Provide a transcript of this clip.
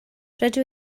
rydw